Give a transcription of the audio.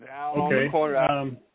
Okay